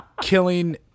killing